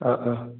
ആ ആ